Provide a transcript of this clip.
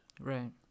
Right